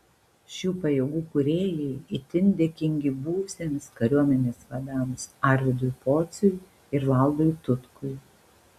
šių pajėgų kūrėjai itin dėkingi buvusiems kariuomenės vadams arvydui pociui ir valdui tutkui